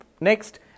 next